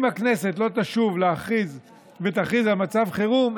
אם הכנסת לא תשוב להכריז על מצב חירום,